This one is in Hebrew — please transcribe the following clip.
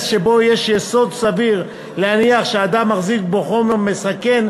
למקום שיש יסוד סביר להניח שאדם מחזיק בו חומר מסכן,